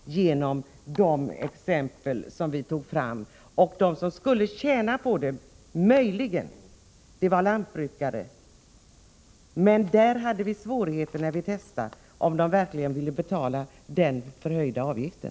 Detta visar de exempel som vi tog fram. Och de som möjligen skulle tjäna på det hela var lantbrukarna. Men vi hade, när vi testade förslaget, svårigheter att få klarhet i om lantbrukarna verkligen ville betala den förhöjda avgiften.